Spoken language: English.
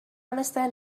understand